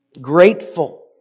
Grateful